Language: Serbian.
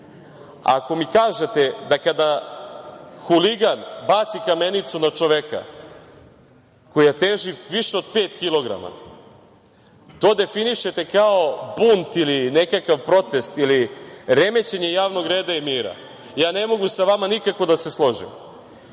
mi kažete da huligan baci kamenicu na čoveka koja teži više od pet kilograma, to definišete kao bunt ili kao nekakav protest ili remećenje javnog reda i mira, ja ne mogu sa vama nikako da se složim,